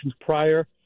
prior